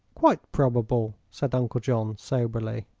quite probable, said uncle john, soberly.